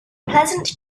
pleasant